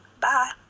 bye